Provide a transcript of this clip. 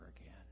again